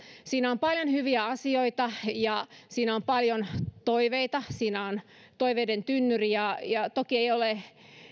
siinä on paljon hyviä asioita ja siinä on paljon toiveita siinä on toiveiden tynnyri ja ja toki ei ole